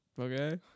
Okay